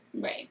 Right